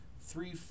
three